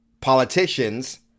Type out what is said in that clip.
politicians